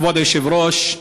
כבוד היושב-ראש,